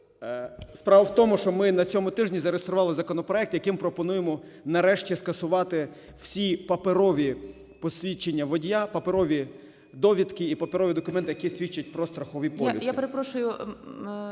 Справа в тому, що ми на цьому тижні зареєстрували законопроект, яким пропонуємо нарешті скасувати всі паперові посвідчення водія, паперові довідки і паперові документи, які свідчать про страхові полюси…